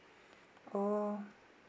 oh